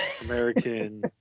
American